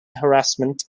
harassment